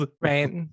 Right